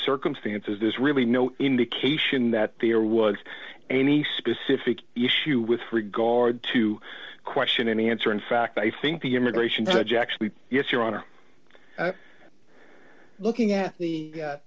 circumstances there's really no indication that there was any specific issue with regard to question any answer in fact i think the immigration judge actually yes your honor looking at the